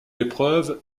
épreuve